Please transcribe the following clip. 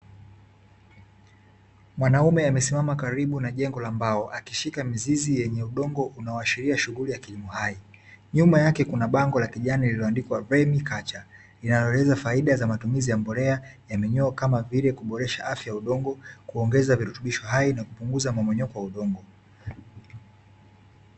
Mwanaume amesimama karibu na jengo la mbao, akishika mizizi yenye udongo unaoashiria shughuli ya kilimo hai. Nyuma yake kuna bango la kijani lililoandikwa "red culture" linaloeleza faida za matumizi ya mbolea ya minyoo, kama vile kuboresha afya ya udongo, kuongeza virutubisho hai na kupunguza mmomonyoko wa udongo.